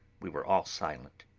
we were all silent,